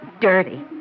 dirty